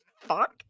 fuck